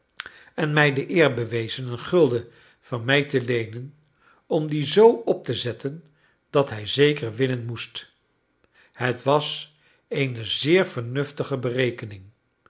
en mij de eer bewezen een gulden van mij te leenen om dien z op te zetten dat hij zeker winnen moest het was eene zeer vernuftige berekening